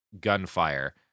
gunfire